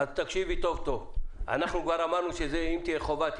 תקשיבי טוב טוב: כבר אמרנו שאם תהיה חובה זו